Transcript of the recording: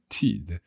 tid